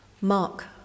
Mark